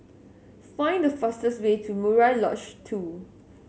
find the fastest way to Murai Lodge Two